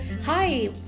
Hi